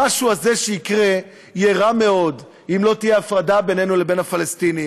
המשהו הזה שיקרה יהיה רע מאוד אם לא תהיה הפרדה בינינו לבין הפלסטינים.